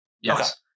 Yes